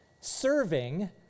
serving